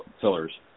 fillers